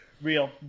Real